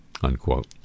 Unquote